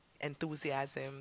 enthusiasm